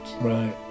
Right